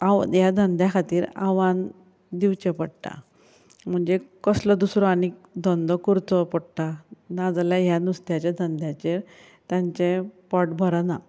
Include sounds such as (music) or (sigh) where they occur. (unintelligible) ह्या धंद्या खातीर आव्हान दिवचें पडटा म्हणजे कसलो दुसरो आनीक धंदो करचो पडटा ना जाल्यार ह्या नुस्त्याच्या धंद्याचेर तांचें पोट भरना